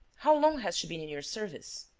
how long has she been in your service?